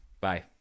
Bye